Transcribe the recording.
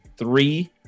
Three